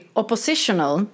oppositional